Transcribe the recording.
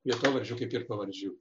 vietovardžių kaip ir pavardžių